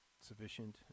sufficient